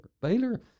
Baylor